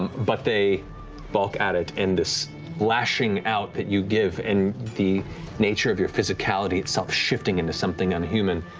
but they balk at it, and this lashing out that you give and the nature of your physicality itself shifting into something unhuman,